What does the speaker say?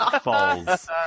falls